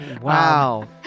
Wow